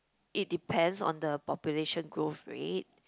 it depends on the population growth rate